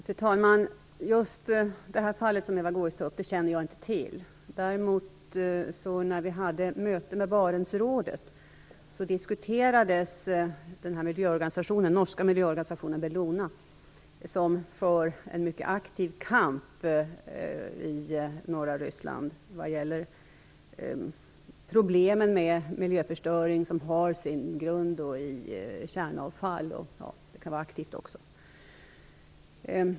Fru talman! Jag känner inte till just det fall som Eva Goës tar upp. Däremot kan jag säga att vi har diskuterat den norska miljöorganisationen Bellona på ett möte med Barentsrådet. Bellona för en mycket aktiv kamp i norra Ryssland vad gäller de problem med miljöförstöring som har sin grund i kärnavfall etc.